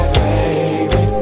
baby